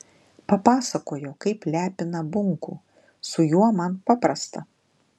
papasakojo kaip lepina bunkų su juo man paprasta